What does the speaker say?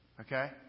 Okay